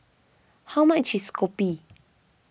how much is Kopi